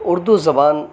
اُردو زبان